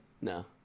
No